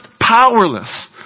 powerless